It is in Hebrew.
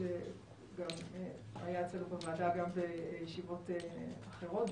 שהיה אצלנו בוועדה בישיבות אחרות,